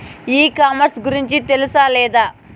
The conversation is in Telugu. ఈ కామర్స్ గురించి తెలుసా లేదా?